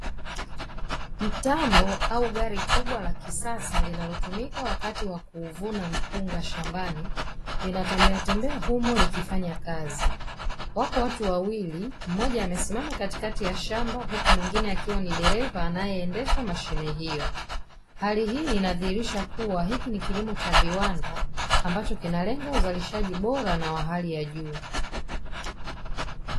Mtambo au gari kubwa la kisasa linalotumika wakati wa kuvuna mpunga shambani linatembea tembea humo likifanya kazi, wako watu wawili mmoja amesimama katikati ya shamba huku mwingine akiwa ni dereva anayeendesha mashine hiyo, hali hii inadhihirisha kuwa hiki ni kilimo cha viwanda ambacho kinalenga uzalishaji bora na wa hali ya juu.